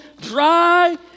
dry